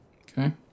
Okay